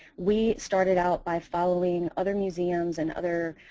we started out by following other museums and other